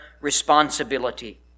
responsibility